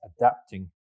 adapting